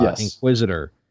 Inquisitor